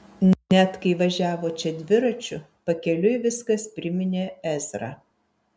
net kai važiavo čia dviračiu pakeliui viskas priminė ezrą